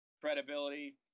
credibility